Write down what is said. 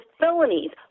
felonies